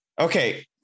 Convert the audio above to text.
Okay